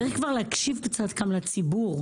כי צריך להקשיב קצת לציבור,